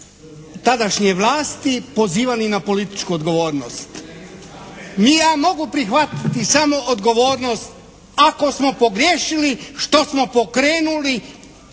tadašnje vlasti pozivani na političku odgovornost. Ja mogu prihvatiti samo odgovornost ako smo pogriješili što smo pokrenuli